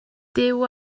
dyw